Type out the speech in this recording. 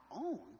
own